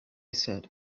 said